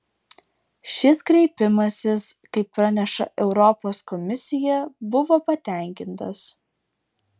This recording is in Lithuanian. šis kreipimasis kaip praneša europos komisija buvo patenkintas